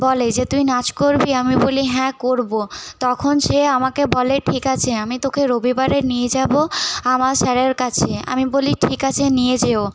বলে যে তুই নাচ করবি আমি বলি হ্যাঁ করবো তখন সে আমাকে বলে ঠিক আছে আমি তোকে রবিবারে নিয়ে যাবো আমার স্যারের কাছে আমি বলি ঠিক আছে নিয়ে যেও